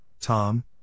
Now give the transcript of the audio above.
Tom